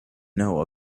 know